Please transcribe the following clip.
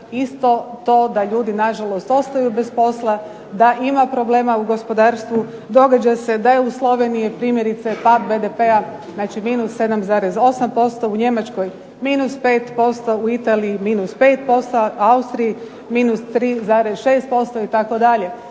isto to da ljudi nažalost ostaju bez posla, da ima problema u gospodarstvu. Događa se da je u Sloveniji primjerice pad BDP-a minus 7,8%, u Njemačkoj minus 5%, u Italiji minus 5%, Austriji minus 3,6%.